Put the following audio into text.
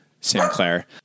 Sinclair